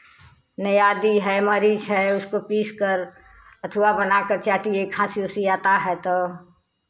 नहीं आदी है मरीच है उसको पीसकर अथवा बनाकर चाटिए खाँसी ओसी आता है तो